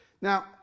Now